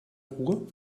ruhr